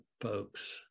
folks